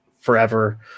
forever